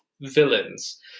villains